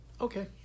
Okay